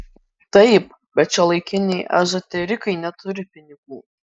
taip bet šiuolaikiniai ezoterikai neturi pinigų